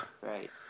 Right